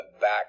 back